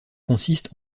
consiste